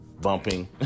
bumping